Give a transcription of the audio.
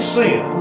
sin